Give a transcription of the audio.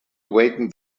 awaken